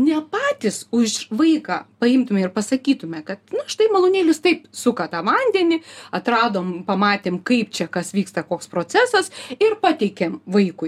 ne patys už vaiką paimtume ir pasakytume kad na štai malūnėlis taip suka tą vandenį atradom pamatėm kaip čia kas vyksta koks procesas ir pateikėm vaikui